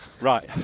Right